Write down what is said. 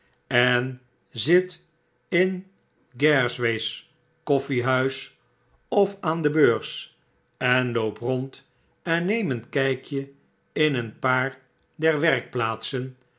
en zit in garre way's koffrehuis of aan de beurs en loop rond en neem een kjjkje in een paar der